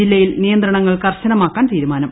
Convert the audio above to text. ജില്ലിയിൽ നിയന്ത്രണങ്ങൾ കർശനമാക്കാൻ ്തീരുമാനം